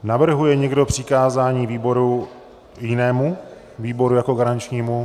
Navrhuje někdo přikázání výboru jinému jako garančnímu?